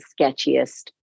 sketchiest